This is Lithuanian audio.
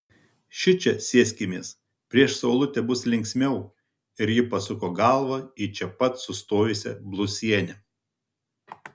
šičia sėskimės prieš saulutę bus linksmiau ir ji pasuko galvą į čia pat sustojusią blusienę